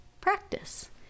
practice